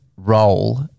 role